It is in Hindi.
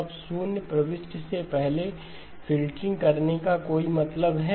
अब शून्य प्रविष्टि से पहले फ़िल्टरिंग करने का कोई मतलब है